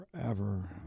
forever